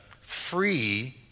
free